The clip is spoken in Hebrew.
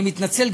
אני מתנצל,